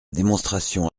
démonstration